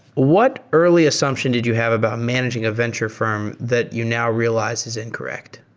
what early assumption did you have about managing a venture fi rm that you now realize is incorrect?